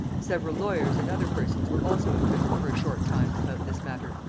several lawyers and other persons were also imprisoned for a short time about this matter,